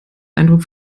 eindruck